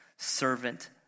servant